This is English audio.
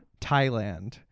thailand